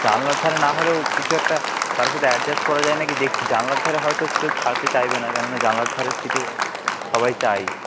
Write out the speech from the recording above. জানালার ধারে না হলেও কিছু একটা কারও সাথে অ্যাডজাস্ট করা যায় না কি দেখছি জানালার ধারে হয়তো কেউ ছাড়তে চাইবে না কেন না জানালার ধারের সিটে সবাই চায়